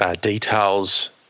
Details